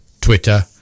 Twitter